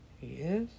yes